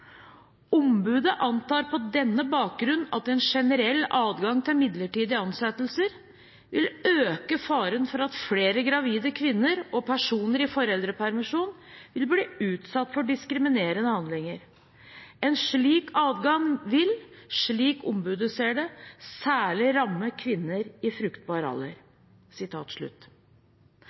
Ombudet antar på denne bakgrunn at en generell adgang til midlertidig ansettelse, vil øke faren for at flere gravide kvinner og personer i foreldrepermisjon vil bli utsatt for diskriminerende handlinger. En slik adgang vil, slik ombudet ser det, særlig ramme kvinner i